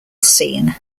scene